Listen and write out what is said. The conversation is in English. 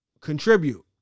contribute